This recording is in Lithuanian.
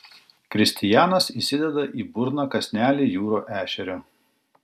kristijanas įsideda į burną kąsnelį jūrų ešerio